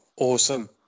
Awesome